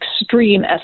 extreme